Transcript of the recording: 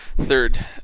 third